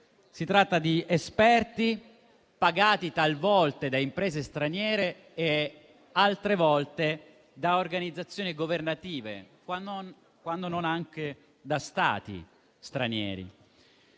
e di esperti pagati talvolta da imprese straniere e altre volte da organizzazioni governative, quando non anche da Stati stranieri.